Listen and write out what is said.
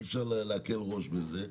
אי אפשר להקל ראש בזה.